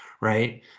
right